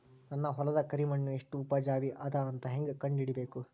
ನನ್ನ ಹೊಲದ ಕರಿ ಮಣ್ಣು ಎಷ್ಟು ಉಪಜಾವಿ ಅದ ಅಂತ ಹೇಂಗ ಕಂಡ ಹಿಡಿಬೇಕು?